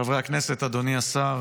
חברי הכנסת, אדוני השר,